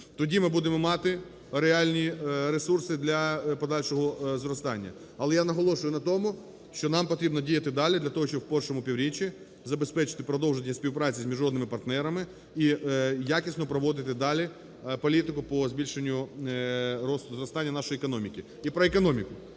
Тоді ми будемо мати реальні ресурси для подальшого зростання. Але я наголошую на тому, що нам потрібно діяти далі для того, щоб в першому півріччі забезпечити продовження співпраці з міжнародними партнерами і якісно проводити далі політику по збільшенню зростання нашої економіки. І про економіку.